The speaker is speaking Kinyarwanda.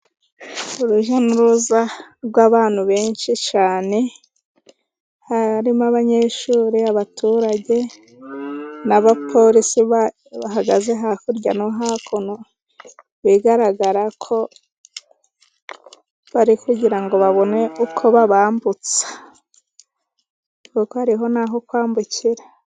uruja n'uruza rw'abantu benshi cyane harimo abanyeshuri, abaturage, n'abapolisi. Bahagaze hakurya no hakuno, bigaragara ko bari kugira ngo babone uko babambutsa. Kuko hariho n'aho kwambukira.